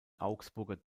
augsburger